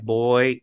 boy